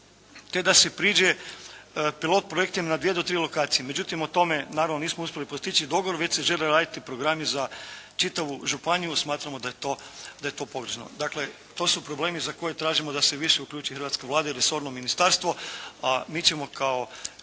te da se priđe pilot projektima na 2 do 3 lokacija. Međutim o tome, naravno nismo uspjeli postići dogovor, već se žele raditi programi za čitavu županiju, smatramo da je to pogrešno. Dakle, to su problemi za koje tražimo da se više uključi hrvatska Vlada i resorno ministarstvo, a mi ćemo kao